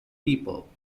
people